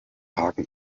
haken